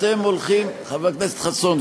חבר הכנסת חסון,